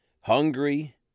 hungry